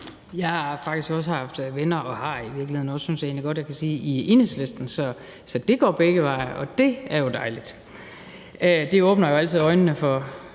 Jeg har faktisk også haft venner og har i virkeligheden også, synes jeg egentlig godt jeg kan sige, venner i Enhedslisten, så det går begge veje, og det er jo dejligt. Det åbner jo altid øjnene for